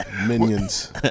Minions